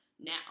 now